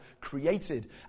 created